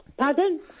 Pardon